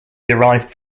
derived